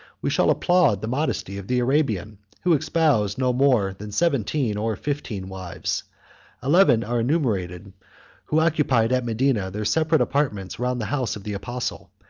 we shall applaud the modesty of the arabian, who espoused no more than seventeen or fifteen wives eleven are enumerated who occupied at medina their separate apartments round the house of the apostle,